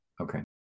Okay